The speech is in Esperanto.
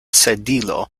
sedilo